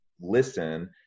listen